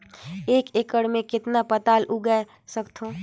एक एकड़ मे कतेक पताल उगाय सकथव?